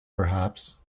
perhaps